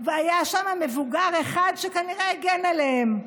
והיה שם מבוגר אחד שכנראה הגן עליהם.